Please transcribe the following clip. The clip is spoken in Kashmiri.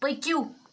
پٔکِو